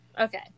Okay